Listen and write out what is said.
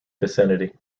vicinity